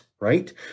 Right